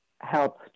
help